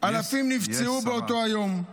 אלפים נפצעו באותו היום,